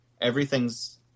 everything's